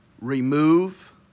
remove